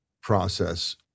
process